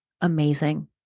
amazing